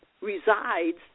resides